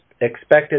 expected